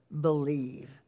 Believe